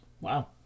Wow